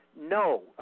No